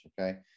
okay